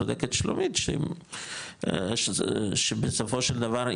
צודקת שלומית שבסופו של דבר,